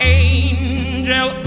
angel